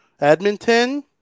Edmonton